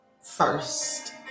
first